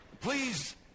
please